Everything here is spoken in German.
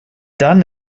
dann